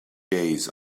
days